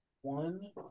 One